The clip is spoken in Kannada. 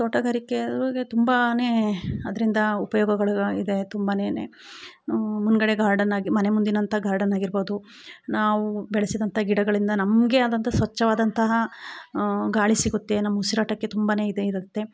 ತೋಟಗಾರಿಕೆ ಅದ್ರ ಬಗ್ಗೆ ತುಂಬಾ ಅದರಿಂದ ಉಪಯೋಗಗಳು ಇದೆ ತುಂಬನೆ ಮುಂದುಗಡೆ ಗಾರ್ಡನಾಗಿ ಮನೆ ಮುಂದಿನಂಥ ಗಾರ್ಡನಾಗಿರ್ಬೋದು ನಾವು ಬೆಳಿಸಿದಂಥ ಗಿಡಗಳಿಂದ ನಮಗೆ ಆದಂಥ ಸ್ವಚ್ಛವಾದಂತಹ ಗಾಳಿ ಸಿಗುತ್ತೆ ನಮ್ಮ ಉಸಿರಾಟಕ್ಕೆ ತುಂಬ ಇದೆ ಇರುತ್ತೆ